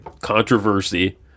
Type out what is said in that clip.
controversy